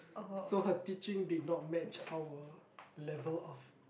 so her teaching did not match our level of